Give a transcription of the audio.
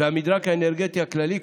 והמדרג האנרגטי הכללי,